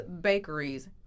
bakeries